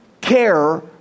care